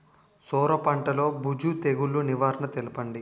సొర పంటలో బూజు తెగులు నివారణ తెలపండి?